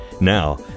Now